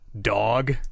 dog